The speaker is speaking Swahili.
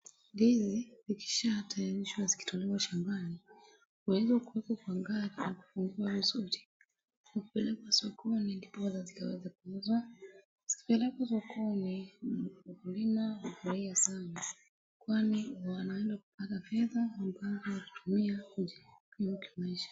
Ndizi zikashatayarishwa zikitolewa shambani huweza kuwekwa kwa gari na kufugwa vizuri na kupelekwa sokoni ndiposa zikaweze kuuzwa. Zikipelekwa sokoni mkulima hufurahia sana kwani wanaenda kupata pesa ambapo hutumia kujikimu kimaisha.